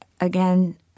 again